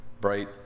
bright